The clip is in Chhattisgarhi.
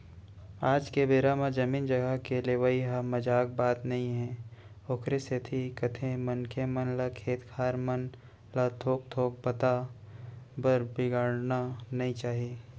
आज के बेरा म जमीन जघा के लेवई ह मजाक बात नई हे ओखरे सेती कथें मनखे मन ल खेत खार मन ल थोक थोक बात बर बिगाड़ना नइ चाही